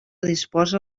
disposa